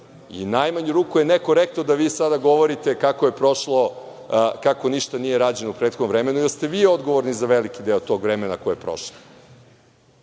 U najmanju ruku je nekorektno da vi sada govorite kako je prošlo, kako ništa nije rađeno u prethodnom vremenu i da ste vi odgovorni za veliki deo tog vremena koje je prošlo. Mislim